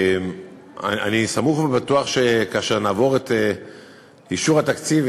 אני סמוך ובטוח שכאשר נעבור את אישור התקציב,